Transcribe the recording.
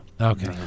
Okay